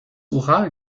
ural